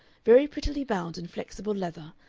very prettily bound in flexible leather,